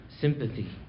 sympathy